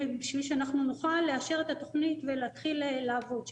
ובשביל שאנחנו נוכל להתחיל לאשר את התכנית ולהתחיל לעבוד שם.